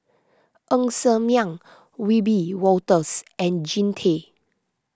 Ng Ser Miang Wiebe Wolters and Jean Tay